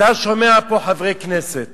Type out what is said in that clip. אתה שומע פה חברי כנסת